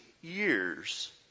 years